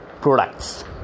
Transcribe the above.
products